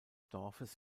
dorfes